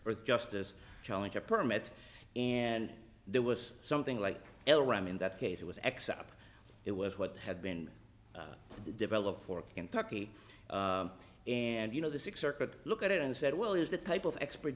earth justice challenge a permit and there was something like el ram in that case it was x up it was what had been developed for kentucky and you know the six circuit look at it and said well is the type of expert